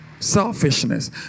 Selfishness